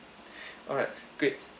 alright great